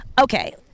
okay